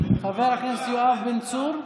חבר הכנסת יואב בן צור,